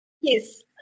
Yes